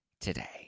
today